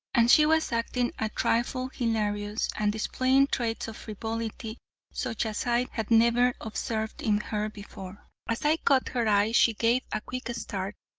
and she was acting a trifle hilarious, and displaying traits of frivolity such as i had never observed in her before. as i caught her eye she gave a quick start,